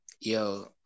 Yo